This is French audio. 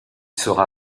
sera